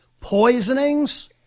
poisonings